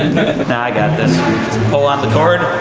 i got this. just and pull on the cord,